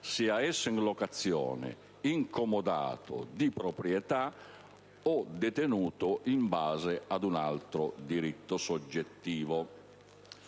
sia esso in locazione, in comodato, di proprietà, o detenuto in base ad un altro diritto soggettivo.